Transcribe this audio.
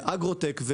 אגרוטק,